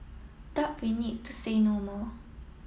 doubt we need to say no more